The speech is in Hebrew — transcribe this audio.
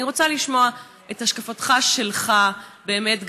אני רוצה לשמוע את השקפתך שלך באמת,